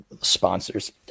sponsors